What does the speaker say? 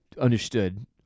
understood